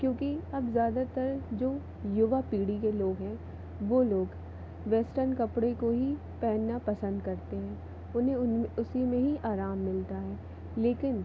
क्योंकि अब ज़्यादातर जो युवा पीढ़ी के लोग हैं वो लोग वेस्टर्न कपड़े को ही पहनना पसंद करते हैं उन्हें उन उसी में ही आराम मिलता है लेकिन